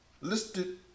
listed